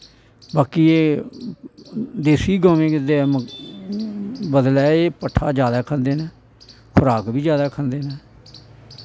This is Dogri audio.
बाकी एह् देसी गौवें गी दे बदले एह् पट्ठा जैदा खंदे नै खराक बी जैदा खंदे नै